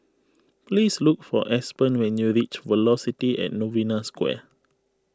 please look for Aspen when you reach Velocity at Novena Square